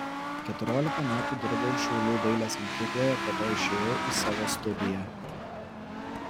keturiolika metų dirbau šiaulių dailės mokykloje po to išėjau į savo studiją